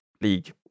league